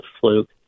fluke